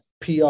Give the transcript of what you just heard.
PR